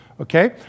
Okay